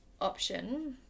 option